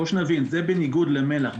זה בניגוד למל"ח.